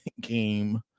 game